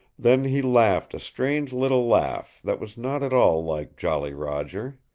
then he laughed a strange little laugh that was not at all like jolly roger.